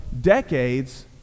decades